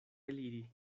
eliri